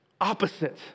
opposite